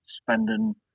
spending